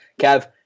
Kev